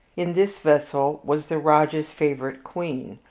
in this vessel was the rajah's favorite queen,